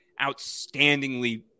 outstandingly